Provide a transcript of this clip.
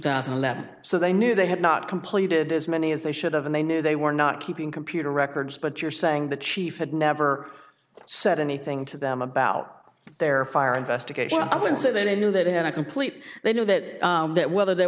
thousand and eleven so they knew they had not completed as many as they should have and they knew they were not keeping computer records but you're saying the chief had never said anything to them about their fire investigation i would say that they knew that he had a complete they knew that that whether th